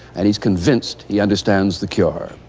and he's convinced he understands the cure,